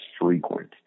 frequent